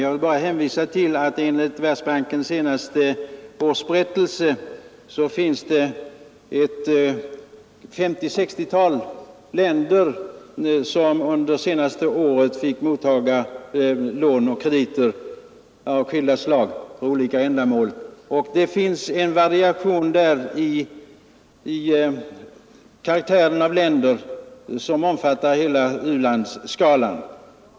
Jag vill bara hänvisa till att enligt Världsbankens senaste årsberättelse fick ett 50—60-tal länder under det senaste året mottaga lån och krediter för olika ändamål. Det finns en variation i karaktären av länder och regimer som omfattar hela u-landsskalan.